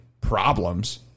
problems